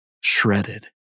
shredded